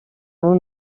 اون